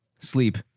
sleep